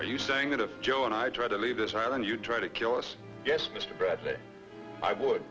are you saying that if joe and i try to leave this island you try to kill us yes mr bradley i would